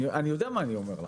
אני יודע מה אני אומר לכם.